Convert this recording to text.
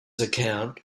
account